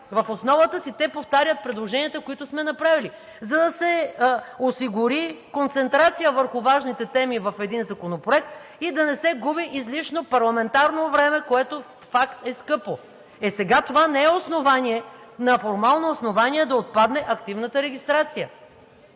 в основата си те повтарят предложенията, които сме направили, за да се осигури концентрация върху важните теми в един законопроект и да не се губи излишно парламентарно време, което, факт, е скъпо. Е сега това не е основание на формално основание да отпадне активната регистрация.